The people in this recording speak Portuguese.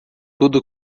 tudo